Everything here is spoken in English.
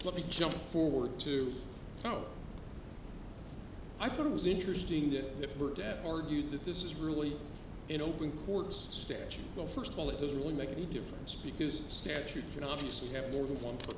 let me jump forward to oh i thought it was interesting that it worked at argued that this is really an open chords statute well first of all it doesn't really make any difference because statute can obviously have more than one